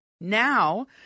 Now